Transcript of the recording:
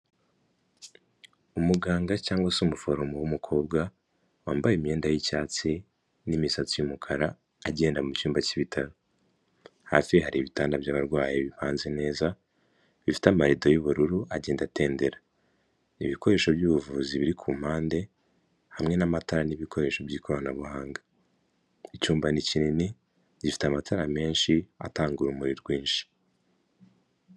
Umuganga cyangwa se umuforomo w'umukobwa wambaye imyenda y'icyatsi n'imisatsi y'umukara, agenda mu cyumba cy'ibitaro. Hasi hari ibitanda by'abarwayi bipanze neza, bifite amarido y'ubururu agenda atendera. Ibikoresho by'ubuvuzi biri ku mpande hamwe n'amatara n'ibikoresho by'ikoranabuhanga. Icyumba ni kinini, gifite amatara menshi atanga urumuri rwinshi.